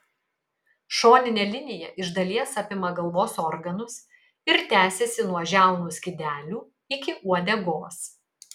šoninė linija iš dalies apima galvos organus ir tęsiasi nuo žiaunų skydelių iki uodegos